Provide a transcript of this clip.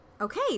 Okay